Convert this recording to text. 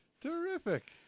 Terrific